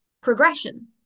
progression